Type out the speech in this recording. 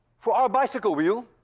for our bicycle wheel,